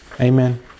Amen